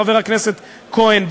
חבר הכנסת כהן,